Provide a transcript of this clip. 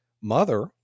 mother